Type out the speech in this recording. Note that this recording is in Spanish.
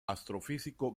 astrofísico